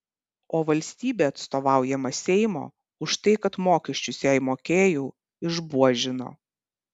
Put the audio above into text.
o valstybė atstovaujama seimo už tai kad mokesčius jai mokėjau išbuožino